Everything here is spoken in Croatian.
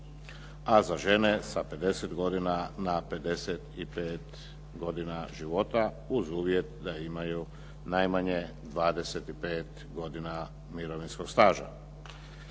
a za žene sa 50 godina na 55 godina života, uz uvjet da imaju najmanje 25 godina mirovinskog staža.